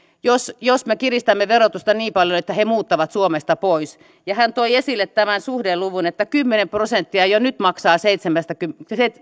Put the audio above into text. jos jos me kiristämme verotusta niin paljon että he muuttavat suomesta pois hän toi esille tämän suhdeluvun kymmenen prosenttia jo nyt maksaa seitsemänkymmentä